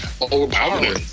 overpowering